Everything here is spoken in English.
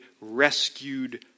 rescued